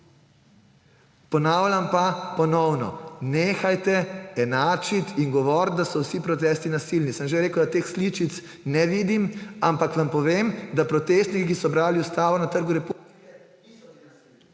Ponavljam pa ponovno: nehajte enačiti in govoriti, da so vsi protesti nasilni! Sem že rekel, da teh sličic ne vidim, ampak vam povem, da protestniki, ki so brali ustavo na Trgu republike, niso bili nasilni.